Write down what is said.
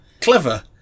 clever